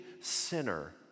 sinner